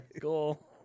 cool